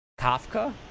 Kafka